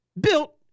built